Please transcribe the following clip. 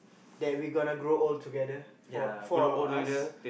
that we gonna grow old together four four of us